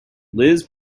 liz